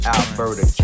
Alberta